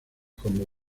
como